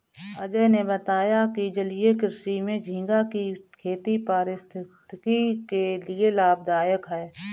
अजय ने बताया कि जलीय कृषि में झींगा की खेती पारिस्थितिकी के लिए लाभदायक है